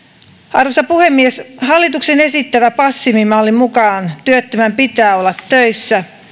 arvoisa puhemies hallituksen esittämän passiivimallin mukaan työttömän pitää olla töissä